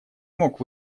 мог